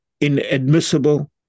inadmissible